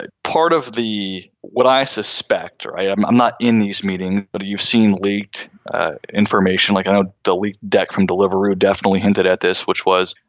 part of the what i suspect or i'm i'm not in these meeting but that you've seen leaked information like i know delete dec from delivery definitely hinted at this, which was,